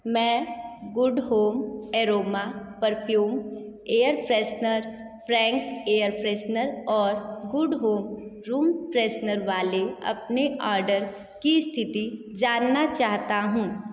मैं good home aroma perfume air freshener Frank air freshener और good home room freshener वाले अपने order की स्तिथि जानना चाहता हूँ